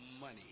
money